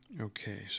Okay